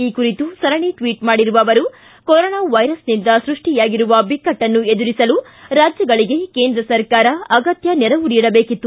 ಈ ಕುರಿತು ಸರಣಿ ಟ್ಟಟ್ ಮಾಡಿರುವ ಅವರು ಕೊರೊನಾ ವೈರಸ್ನಿಂದ ಸೃಷ್ಟಿಯಾಗಿರುವ ಬಿಕ್ಕಟ್ಟನ್ನು ಎದುರಿಸಲು ರಾಜ್ಯಗಳಿಗೆ ಕೇಂದ್ರ ಸರ್ಕಾರ ಅಗತ್ಯ ನೆರವು ನೀಡಬೇಕಿತ್ತು